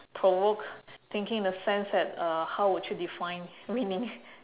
provoke thinking in the sense that uh how would you define winning